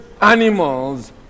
animals